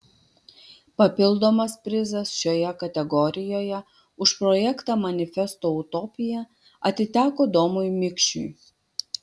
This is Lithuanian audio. papildomas prizas šioje kategorijoje už projektą manifesto utopija atiteko domui mikšiui